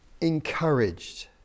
encouraged